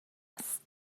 است